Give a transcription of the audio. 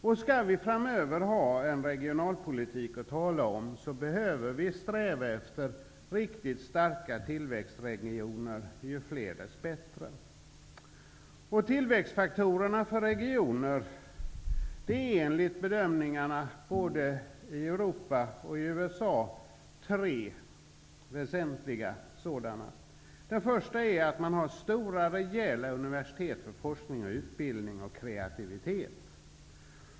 Om vi framöver skall ha en regionalpolitik att tala om, behöver vi sträva efter riktigt starka tillväxtregioner, ju fler desto bättre. Tillväxtfaktorer för regioner är enligt bedömingar, gjorda både i Europa och i USA, tre väsentliga sådana. Den första viktiga tillväxtfaktorn är att man har stora rejäla universitet för forskning, utbildning och kreativitet.